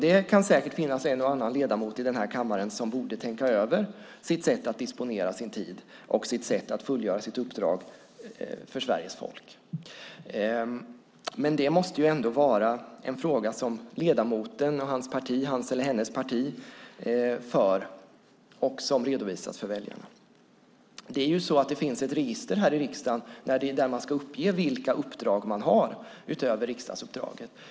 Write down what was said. Det kan säkert finnas en och annan ledamot i denna kammare som borde tänka över sitt sätt att disponera sin tid och sitt sätt att fullgöra sitt uppdrag för Sveriges folk. Men det måste vara en fråga för ledamoten och hans eller hennes parti och redovisas för väljarna. Det finns ett register i riksdagen där man ska uppge vilka uppdrag man har utöver riksdagsuppdraget.